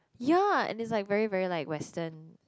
ya and is like very very like western